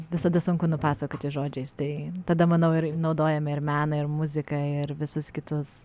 visada sunku nupasakoti žodžiais tai tada manau ir naudojame ir meną ir muziką ir visus kitus